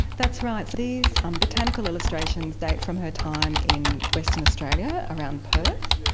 that's right, these um botanical illustrations date from her time in western australia around perth,